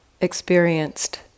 experienced